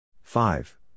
Five